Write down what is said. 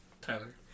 Tyler